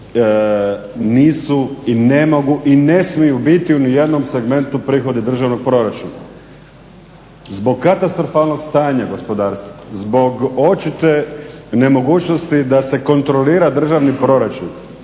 nisu i ne mogu i ne smiju biti u ni jednom segmentu prihodi državnog proračuna. Zbog katastrofalnog stanja gospodarstva, zbog očite nemogućnosti da se kontrolira državni proračun,